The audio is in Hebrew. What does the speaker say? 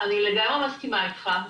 אני לגמרי מסכימה איתך.